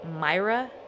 Myra